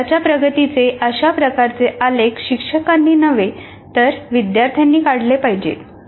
स्वतःच्या प्रगतीचे अशा प्रकारचे आलेख शिक्षकांनी नव्हे तर विद्यार्थ्यांनी काढले पाहिजेत